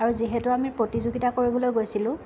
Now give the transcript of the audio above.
আৰু যিহেতু আমি প্ৰতিযোগিতা কৰিবলৈ গৈছিলোঁ